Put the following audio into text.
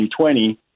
2020